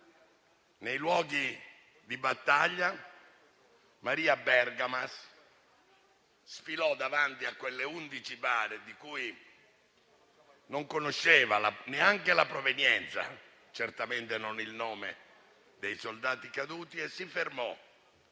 nei luoghi di battaglia, Maria Bergamas, sfilò davanti a quelle 11 bare, di cui non conosceva neanche la provenienza, certamente non il nome dei soldati caduti, e si fermò